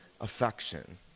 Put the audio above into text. affection